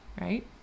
Right